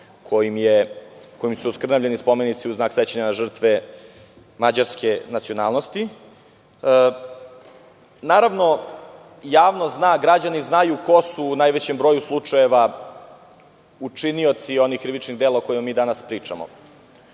kojim su oskrnavljeni spomenici u znak sećanja na žrtve mađarske nacionalnosti. Javnost zna, građani znaju ko su u najvećem broju slučajeva učinioci onih krivičnih dela o kojima danas pričamo.